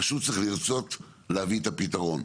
פשוט צריך לרצות להביא את הפתרון.